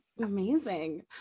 Amazing